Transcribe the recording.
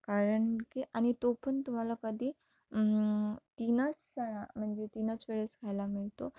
कारण की आणि तो पण तुम्हाला कधी तीनच स म्हणजे तीनच वेळेस खायला मिळतो